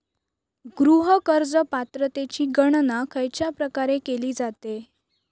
गृह कर्ज पात्रतेची गणना खयच्या प्रकारे केली जाते?